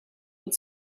but